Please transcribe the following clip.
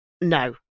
no